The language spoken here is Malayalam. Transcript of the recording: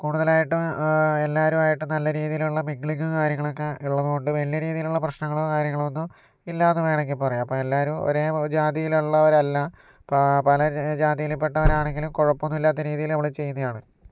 കൂടുതലായിട്ട് എല്ലാവരും ആയിട്ടും നല്ല രീതിയിലുള്ള മിംഗ്ലിങ്ങും കാര്യങ്ങളൊക്കെ ഉള്ളത് കൊണ്ട് വലിയ രീതിലുള്ള പ്രശ്നങ്ങളോ കാര്യങ്ങളോ ഇല്ലെന്ന് വേണമെങ്കിൽ പറയാം അപ്പം എല്ലാവരും ഒരേ ജാതിയിലുള്ളവരല്ല പ പല ജാതിയിൽ പെട്ടവരാണെങ്കിലും കുഴപ്പമൊന്നുമില്ലാത്ത രീതിയില് നമ്മള് ചെയുന്നതാണ്